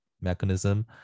mechanism